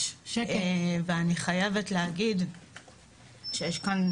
ואני חייבת להגיד שיש כאן